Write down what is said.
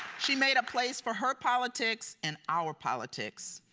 she made a place for her politics, and our politics,